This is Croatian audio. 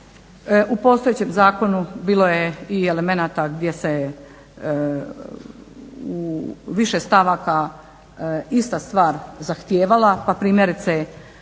u postojećem zakonu bilo je i elemenata gdje se u više stavaka ista stvar zahtijevala pa primjerice